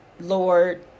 Lord